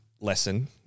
lesson